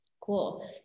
Cool